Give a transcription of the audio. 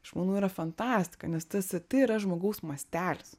aš manau yra fantastika nes tas ir tai yra žmogaus mastelis